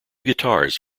guitars